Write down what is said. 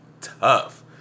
tough